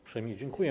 Uprzejmie dziękuję.